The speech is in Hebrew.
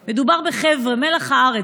בחבר'ה מלח הארץ,